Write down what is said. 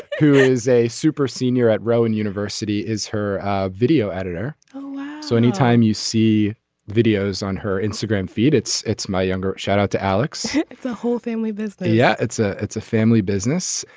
who is a super senior at rowan university is her video editor. oh so anytime you see videos on her instagram feed it's it's my younger shout out to alex the whole family. yeah it's a it's a family business.